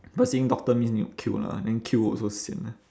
but seeing doctor means need to queue lah and then queue also sian ah